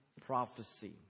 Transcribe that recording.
Prophecy